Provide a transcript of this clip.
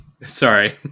Sorry